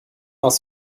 aus